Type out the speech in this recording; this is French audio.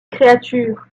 créature